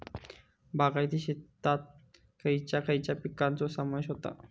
बागायती शेतात खयच्या खयच्या पिकांचो समावेश होता?